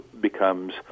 becomes